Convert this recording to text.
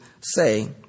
say